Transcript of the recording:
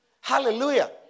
Hallelujah